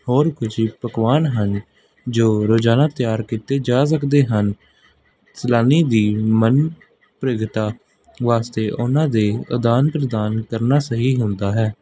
ਹੋਰ ਕੁਝ ਪਕਵਾਨ ਹਨ ਜੋ ਰੋਜ਼ਾਨਾ ਤਿਆਰ ਕੀਤੇ ਜਾ ਸਕਦੇ ਹਨ ਸੈਲਾਨੀ ਦੀ ਮੰਨ ਪ੍ਰਗਤਾ ਵਾਸਤੇ ਉਹਨਾਂ ਦੇ ਅਦਾਨ ਪ੍ਰਦਾਨ ਕਰਨਾ ਸਹੀ ਹੁੰਦਾ ਹੈ